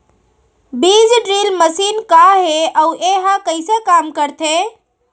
बीज drill machine का हे अऊ एहा कइसे काम करथे?